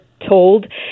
told